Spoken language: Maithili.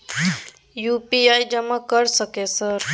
यु.पी.आई जमा कर सके सर?